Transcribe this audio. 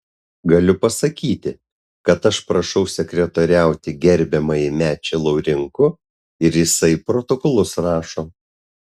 galiu pasakyti kad aš prašau sekretoriauti gerbiamąjį mečį laurinkų ir jisai protokolus rašo